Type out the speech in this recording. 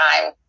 time